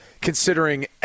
considering